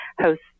host